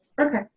Okay